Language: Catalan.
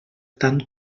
tant